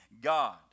God